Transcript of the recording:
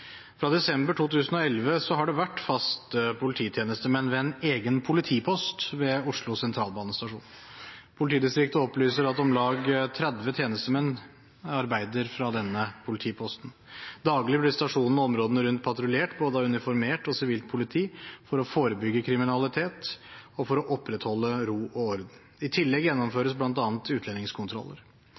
Fra desember 2011 har det vært faste polititjenestemenn ved en egen politipost ved Oslo Sentralstasjon. Politidistriktet opplyser at om lag 30 tjenestemenn arbeider fra denne politiposten. Daglig blir stasjonen og områdene rundt patruljert av både uniformert og sivilt politi for å forebygge kriminalitet og for å opprettholde ro og orden. I tillegg gjennomføres bl.a. utlendingskontroller.